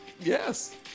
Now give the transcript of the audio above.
Yes